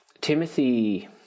Timothy